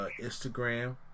Instagram